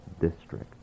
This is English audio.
District